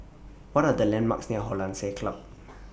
What Are The landmarks near Hollandse Club